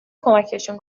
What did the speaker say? کمکشان